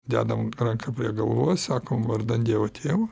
dedam ranką prie galvos sakom vardan dievo tėvo